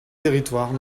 territoires